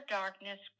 darkness